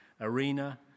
arena